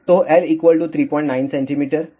तो L 39 cm